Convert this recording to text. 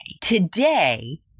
Today